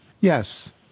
Yes